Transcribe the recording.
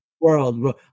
world